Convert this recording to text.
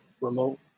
remote